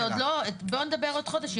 בואו נדבר עוד חודש.